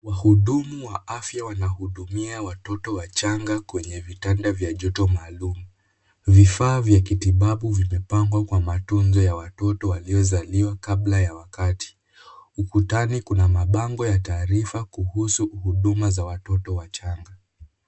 Wahudumu wa afya wanahudumia watoto wachanga kwenye vitanda vya joto maalum. Vifaa vya matibabu vimepangwa kwa matunzo ya watoto waliozaliwa kabla ya wakati. Ukutani kuna mabango ya taarifa kuhusu huduma za watoto wachanga.